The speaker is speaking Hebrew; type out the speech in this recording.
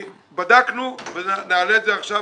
- ובדקנו ונעלה את זה עכשיו,